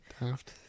daft